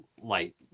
light